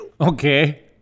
Okay